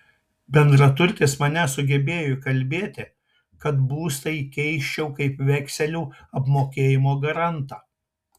bendraturtis mane sugebėjo įkalbėti kad būstą įkeisčiau kaip vekselių apmokėjimo garantą